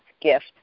gift